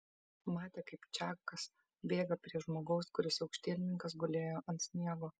matė kaip čakas bėga prie žmogaus kuris aukštielninkas gulėjo ant sniego